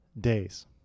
days